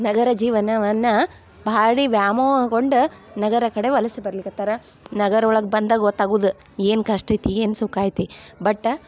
ನಗರ ಜೀವನವನ್ನ ಭಾರಿ ವ್ಯಾಮೋಹಗೊಂಡ ನಗರ ಕಡೆ ವಲಸೆ ಬರ್ಲಿಕತ್ತಾರ ನಗರ ಒಳಗೆ ಬಂದಾಗ ಗೊತ್ತಾಗುದ ಏನು ಕಷ್ಟ ಐತಿ ಏನು ಸುಖ ಐತಿ ಬಟ್